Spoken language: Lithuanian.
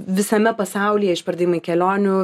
visame pasaulyje išpardavimai kelionių